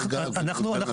אנחנו רוצים לסכם.